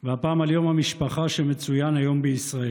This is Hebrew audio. והפעם, על יום המשפחה שמצוין היום בישראל.